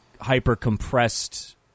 hyper-compressed